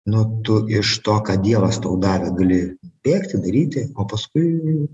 nu tu iš to ką dievas tau davė gali bėgti daryti o paskui